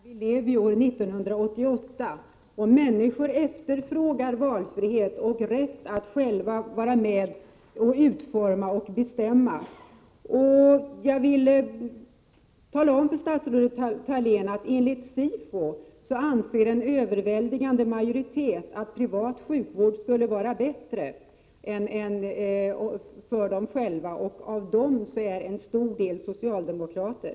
Fru talman! Statsrådet Ingela Thalén talar om historiska lösningar. Vi lever ju nu i år 1988, och människor efterfrågar valfrihet och rätt att själva vara med och utforma och bestämma. Enligt SIFO:s undersökningar anser en överväldigande majoritet att privat sjukvård skulle vara bättre. En stor del av dessa människor är socialdemokrater.